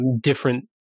different